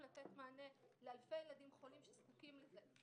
לתת מענה לאלפי ילדים חולים שזקוקים לזה.